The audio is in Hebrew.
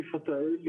כן.